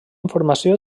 informació